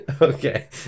Okay